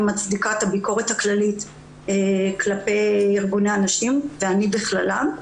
מצדיקה את הביקורת הכללית כלפי ארגוני הנשים ואני בכללם,